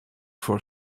for